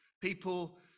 people